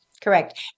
correct